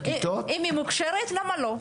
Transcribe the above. אם היא מוכשרת אז למה לא.